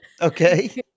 Okay